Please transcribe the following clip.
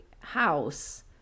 house